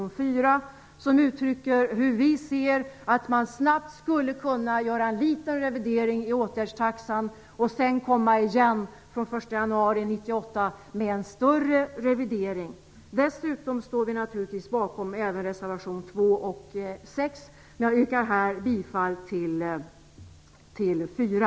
Reservationen uttrycker vår syn på hur man snabbt skulle kunna göra en liten revidering i åtgärdstaxan och sedan komma igen från 1 januari 1998 med en större revidering. Dessutom står vi naturligtvis även bakom reservation 2 och 6, men jag yrkar här bifall till reservation 4.